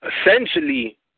essentially